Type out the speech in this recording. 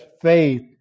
faith